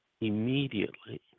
immediately